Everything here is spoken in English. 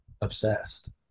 obsessed